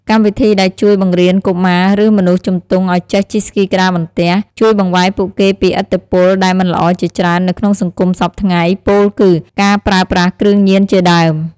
កម្មវិធីដែលជួយបង្រៀនកុមារ ឬ មនុស្សជំទង់ឱ្យចេះជិះស្គីក្ដារបន្ទះ ជួយបង្វែរពួកគេពីឥទ្ធិពលដែលមិនល្អជាច្រើននៅក្នុងសង្គមសព្វថ្ងៃ ពោលគឺ ការប្រើប្រាស់គ្រឿងញៀនជាដើម។